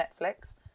Netflix